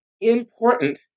important